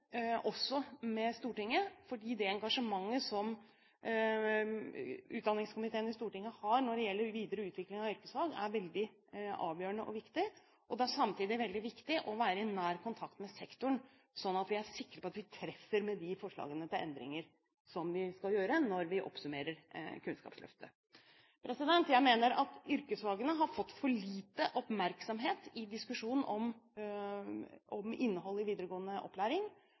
med Stortinget, for det engasjementet som utdanningskomiteen i Stortinget har når det gjelder videre utvikling av yrkesfag, er veldig avgjørende og viktig. Det er samtidig veldig viktig å være i nær kontakt med sektoren, slik at vi er sikre på at vi treffer med de forslagene til endringer som vi skal gjøre når vi oppsummerer Kunnskapsløftet. Jeg mener at yrkesfagene har fått for lite oppmerksomhet i diskusjonen om innholdet i videregående opplæring.